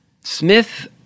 Smith